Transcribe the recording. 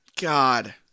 God